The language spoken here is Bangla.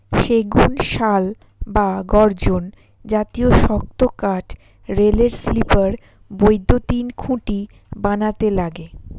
সেগুন, শাল বা গর্জন জাতীয় শক্ত কাঠ রেলের স্লিপার, বৈদ্যুতিন খুঁটি বানাতে লাগে